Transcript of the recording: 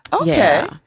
Okay